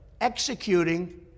executing